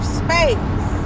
space